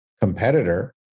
competitor